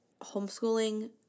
homeschooling